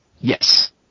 Yes